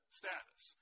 status